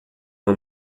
uma